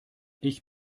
ich